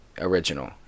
original